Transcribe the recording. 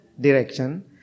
direction